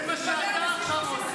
זה מה שאתה עושה עכשיו,